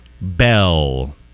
Bell